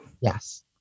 Yes